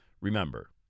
remember